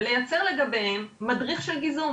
ולייצר לגביהם מדריך של גיזום